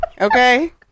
okay